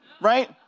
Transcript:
right